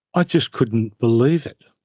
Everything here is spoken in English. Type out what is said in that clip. i just couldn't believe it.